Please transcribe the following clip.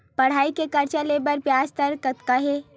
पढ़ई के कर्जा ले बर ब्याज दर कतका हे?